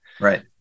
Right